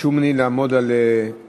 ביקשו ממני לעמוד על הזמנים,